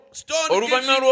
stone